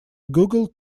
google